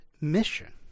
mission